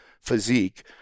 physique